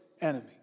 enemy